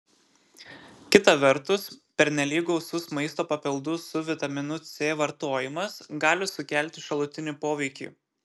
kita vertus pernelyg gausus maisto papildų su vitaminu c vartojimas gali sukelti šalutinį poveikį